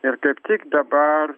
ir kaip tik dabar